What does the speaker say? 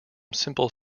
simple